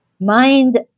Mind